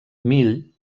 mill